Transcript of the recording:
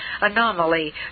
anomaly